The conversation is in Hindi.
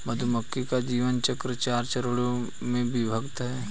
मधुमक्खी का जीवन चक्र चार चरणों में विभक्त है